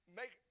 make